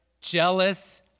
jealous